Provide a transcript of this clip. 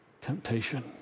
temptation